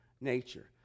nature